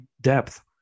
depth